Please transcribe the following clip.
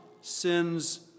sins